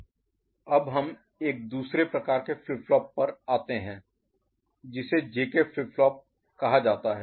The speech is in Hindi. अब हम एक दूसरे प्रकार के फ्लिप फ्लॉप पर आते हैं जिसे JK फ्लिप फ्लॉप कहा जाता है